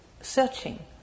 searching